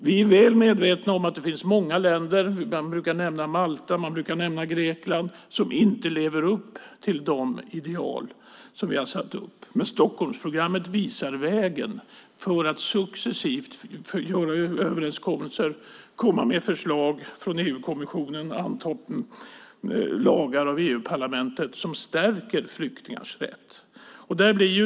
Vi är väl medvetna om att det finns många länder - man brukar nämna Malta och Grekland - som inte lever upp till de ideal som vi har satt upp. Stockholmsprogrammet visar vägen för att successivt göra överenskommelser, komma med förslag från EU-kommissionen och anta lagar av EU-parlamentet som stärker flyktingars rätt.